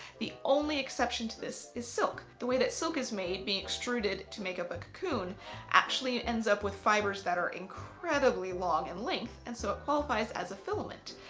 the only exception to this is silk. the way that silk is made being extruded to make up a cocoon actually ends up with fibres that are incredibly long in length and so it qualifies as a filament.